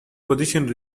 position